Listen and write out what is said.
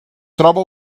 troba